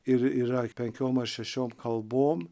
ir yra penkiom šešiom kalbom